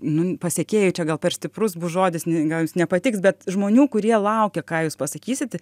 nu pasekėjų čia gal per stiprus bus žodis gal jis nepatiks bet žmonių kurie laukia ką jūs pasakysit